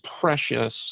precious